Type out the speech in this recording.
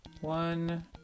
One